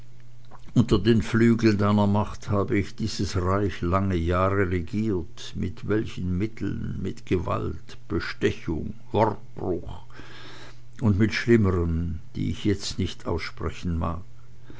unter den flügeln deiner macht habe ich dieses reich lange jahre regiert mit welchen mitteln mit gewalt bestechung wortbruch und mit schlimmern die ich nicht aussprechen mag